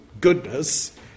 goodness